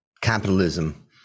capitalism